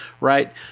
right